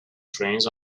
trains